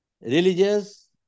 religious